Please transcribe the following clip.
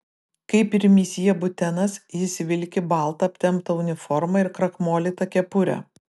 kaip ir misjė butenas jis vilki baltą aptemptą uniformą ir krakmolytą kepurę